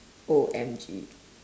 O_M_G